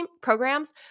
programs